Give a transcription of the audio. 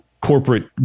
corporate